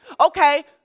Okay